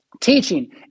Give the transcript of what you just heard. teaching